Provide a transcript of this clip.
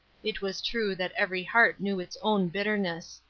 it was true that every heart knew its own bitterness.